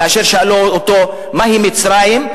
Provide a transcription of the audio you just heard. כאשר שאלו אותו מהי מצרים,